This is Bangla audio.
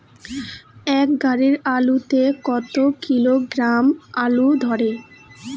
এক গাড়ি আলু তে কত কিলোগ্রাম আলু ধরে?